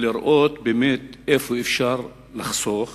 ולראות באמת איפה אפשר לחסוך.